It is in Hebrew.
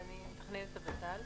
אני מתכננת הוות"ל.